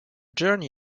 journey